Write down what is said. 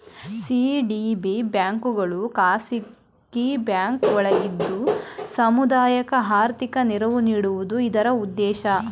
CDB ಬ್ಯಾಂಕ್ಗಳು ಖಾಸಗಿ bank ಒಳಗಿದ್ದು ಸಮುದಾಯಕ್ಕೆ ಆರ್ಥಿಕ ನೆರವು ನೀಡುವುದು ಇದರ ಉದ್ದೇಶ